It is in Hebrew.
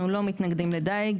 אנחנו לא מתנגדים לדייג,